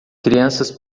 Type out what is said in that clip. crianças